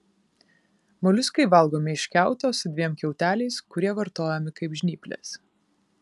moliuskai valgomi iš kiauto su dviem kiauteliais kurie vartojami kaip žnyplės